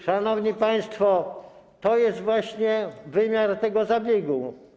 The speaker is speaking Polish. Szanowni państwo, to jest właśnie wymiar tego zabiegu.